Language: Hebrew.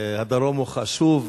הדרום הוא חשוב,